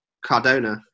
Cardona